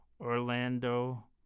Orlando